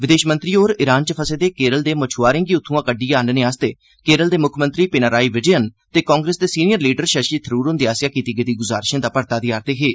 विदेश मंत्री होर ईरान च फसे दे केरल दे मच्छुआरें गी उत्थ्आं कड्डियै आहनने लेई केरल दे मुक्खमंत्री पिनाराई विजयन ते कांग्रेस दे सीनियर लीडर शशि थरूर हृंदे आसेआ कीती गेदी गुजारिशें दा परता देआ' रदे हे